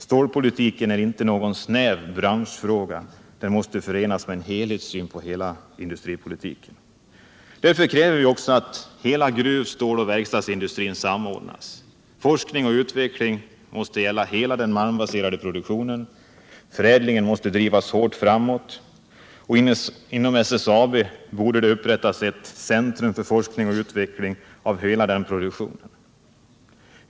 Stålpolitiken är inte någon snäv branschfråga, den måste förenas med en helhetssyn på hela industripolitiken. Därför kräver vi också att hela gruv-, ståloch verkstadsindustrin samordnas och att forskning och utveckling skall gälla hela den malmbaserade produktionen. Förädligen måste drivas hårt framåt, och inom SSAB borde det upprättas ett centrum för forskning och utveckling av hela den produktionen.